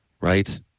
right